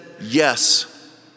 yes